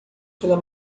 pela